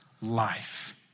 life